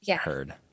heard